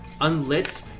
unlit